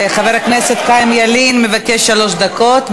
חבר הכנסת חיים ילין מבקש שלוש דקות,